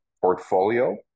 portfolio